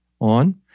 on